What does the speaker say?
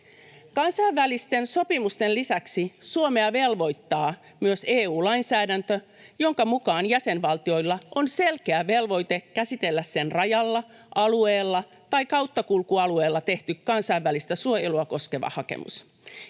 Kansainvälisten sopimusten lisäksi Suomea velvoittaa myös EU-lainsäädäntö, jonka mukaan jäsenvaltioilla on selkeä velvoite käsitellä sen rajalla, alueella tai kauttakulkualueella tehty kansainvälistä suojelua koskeva hakemus.